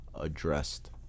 addressed